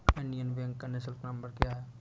Indian Bank का निःशुल्क number क्या है?